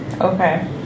Okay